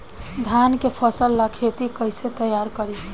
धान के फ़सल ला खेती कइसे तैयार करी?